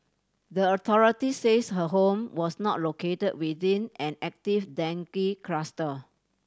the authorities says her home was not located within an active dengue cluster